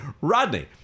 Rodney